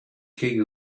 king